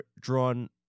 drawn